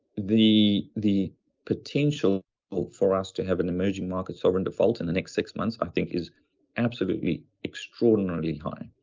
the the potential for us to have an emerging market sovereign default in the next six months, i think is absolutely extraordinarily high.